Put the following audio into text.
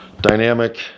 dynamic